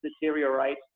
deteriorate